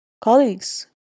colleagues